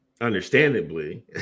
Understandably